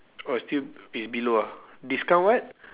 oh it's still it's below ah discount what